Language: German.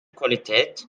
qualität